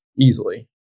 easily